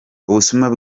ubusuma